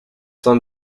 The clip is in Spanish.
son